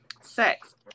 sex